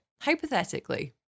hypothetically